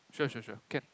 sure sure sure can